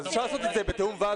אפשר לעשות את זה בתיאום עם ועד